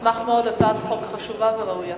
אשמח מאוד, הצעת חוק חשובה וראויה.